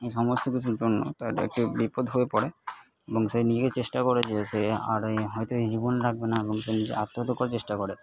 এই সমস্ত কিছুর জন্য তাদের একটা বিপদ হয়ে পড়ে এবং সে নিজে চেষ্টা করে যে সে আর হয়তো এই জীবন রাখবে না এবং সে নিজে আত্মহত্যা করার চেষ্টা করে